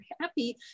happy